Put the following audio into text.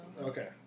Okay